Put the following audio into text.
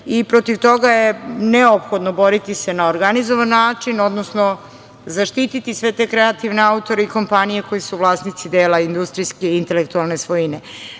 Protiv toga je neophodno boriti se na organizovan način, odnosno zaštiti sve te kreativne autore i kompanije koji su vlasnici dela industrijske intelektualne svojine. Pravni